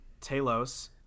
Talos